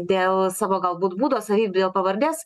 dėl savo galbūt būdo savybių jo pavardės